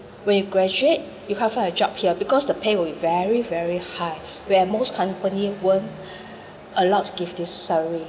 when you graduate you can't find a job here because the pay will be very very high where most company won't allowed to give this salary